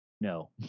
no